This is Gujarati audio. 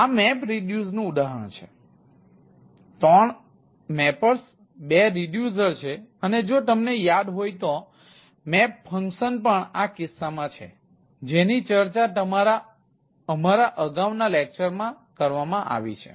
તેથી આ મેપરિડ્યુસનું ઉદાહરણ છે 3 મેપર્સ 2 રિડ્યુસર છે અને જો તમને યાદ હોય તો મેપ ફંકશન પણ આ કિસ્સામાં છે જેની ચર્ચા અમારા અગાઉના લેક્ચરમાં કરવામાં આવી છે